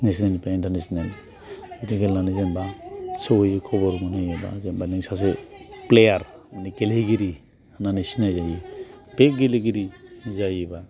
national निफ्राय international बिदि गेलेनानै जेनेबा सौहैयो खबर मोनहैयोबा जेनेबा नों सासे प्लेयार माने गेलेगिरि होननानै सिनाय जायो बे गेलेगिरि जायोबा